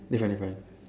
different different